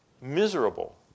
miserable